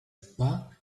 pas